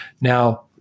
Now